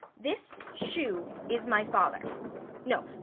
this shoe is my father no,